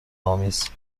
آمیز